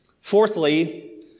Fourthly